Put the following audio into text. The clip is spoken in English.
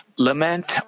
lament